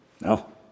No